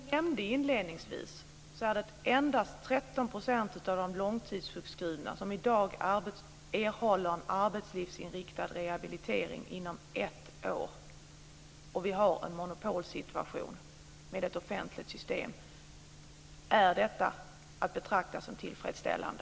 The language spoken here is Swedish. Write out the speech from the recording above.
Herr talman! Som jag nämnde inledningsvis är det endast 13 % av de långtidssjukskrivna som i dag erhåller en arbetslivsinriktad rehabilitering inom ett år. Och så har vi en monopolsituation med ett offentligt system. Är detta att betrakta som tillfredsställande?